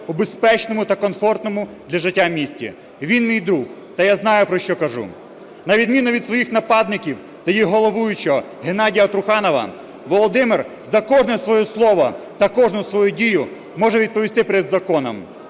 у безпечному та комфортному для життя місті. Він мій друг, та я знаю, про що кажу. На відміну від своїх нападників та їх головуючого Геннадія Труханова Володимир за кожне своє слово та кожну свою дію може відповісти перед законом.